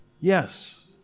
Yes